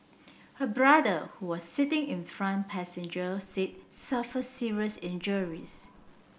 her brother who was sitting in front passenger seat suffered serious injuries